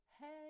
Hey